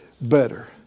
better